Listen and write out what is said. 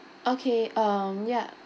okay um ya